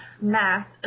math